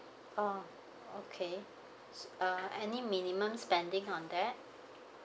oh okay uh any minimum spending on that